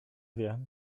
wie